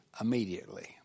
immediately